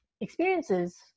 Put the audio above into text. experiences